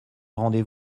rendez